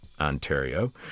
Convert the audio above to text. Ontario